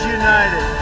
united